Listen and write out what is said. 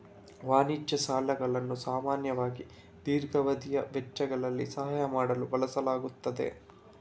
ವಾಣಿಜ್ಯ ಸಾಲಗಳನ್ನು ಸಾಮಾನ್ಯವಾಗಿ ದೀರ್ಘಾವಧಿಯ ವೆಚ್ಚಗಳಿಗೆ ಸಹಾಯ ಮಾಡಲು ಬಳಸಲಾಗುತ್ತದೆ